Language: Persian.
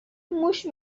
موش